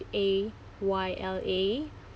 A Y L A